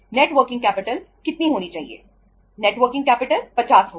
net working capital 50 होगी